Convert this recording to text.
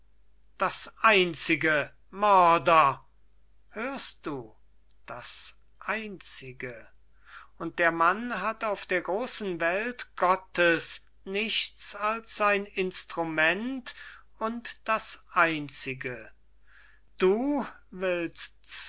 das einzige mörder hörst du das einzige und der mann hat auf der großen welt gottes nichts als sein instrument und das einzige du willst's